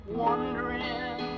wondering